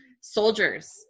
soldiers